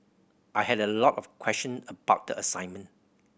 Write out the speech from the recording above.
I had a lot of question about the assignment